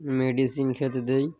medicine খেতে দিই